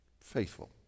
Faithful